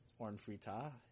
Ornfrita